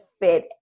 fit